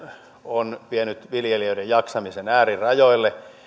on vienyt viljelijöiden jaksamisen äärirajoille